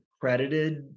credited